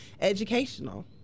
educational